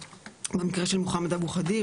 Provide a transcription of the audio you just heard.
במקרה של מוחמד אבו חדיר,